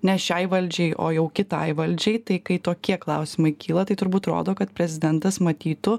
ne šiai valdžiai o jau kitai valdžiai tai kai tokie klausimai kyla tai turbūt rodo kad prezidentas matytų